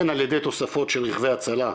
הן על ידי תוספות של רכבי הצלה,